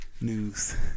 news